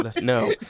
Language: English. No